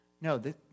No